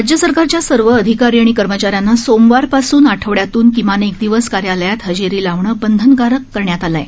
राज्य सरकारच्या सर्व अधिकारी आणि कर्मचाऱ्यांना सोमवारपासून आठवड्यातून किमान एक दिवस कार्यालयात हजेरी लावणं बंधनकारक करण्यात आलं आहे